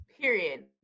Period